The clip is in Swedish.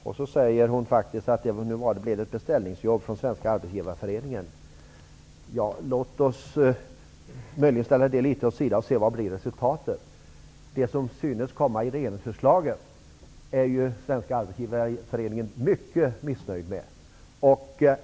Så säger Ingela Thalén faktiskt att det var ett beställningsjobb från Svenska arbetsgivarföreningen. Låt oss ställa det litet åt sidan och se vad resultatet blir. Det som synes komma i regeringsförslaget är Svenska arbetsgivarföreningen mycket missnöjd med.